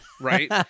Right